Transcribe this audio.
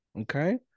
Okay